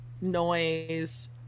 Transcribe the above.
noise